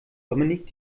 dominik